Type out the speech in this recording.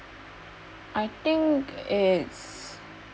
I think it's